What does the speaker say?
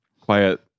Quiet